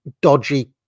dodgy